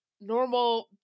normal